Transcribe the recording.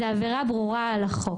זו עבירה ברורה על החוק.